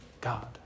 God